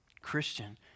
Christian